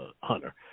Hunter